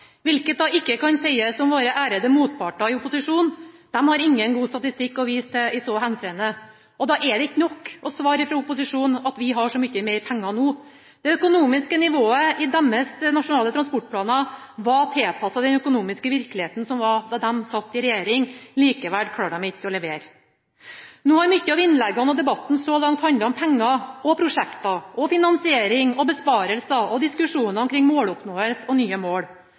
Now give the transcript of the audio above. hvilket ikke kan sies om våre ærede motparter i opposisjonen – de har ingen god statistikk å vise til i så henseende. Det er ikke nok å svare fra opposisjonen at vi har så mye mer penger nå. Det økonomiske nivået i deres nasjonale transportplaner var tilpasset den økonomiske virkeligheten som var da de satt i regjering. Likevel klarer de ikke å levere. Mange av innleggene i debatten så langt har handlet om penger, prosjekter, finansiering, besparelser, måloppnåelse og nye mål.